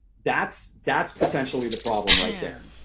that's that's potentially the problem right there.